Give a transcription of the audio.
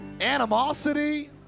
animosity